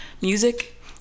music